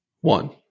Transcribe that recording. one